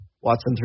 Watson